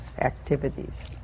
activities